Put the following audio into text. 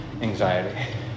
anxiety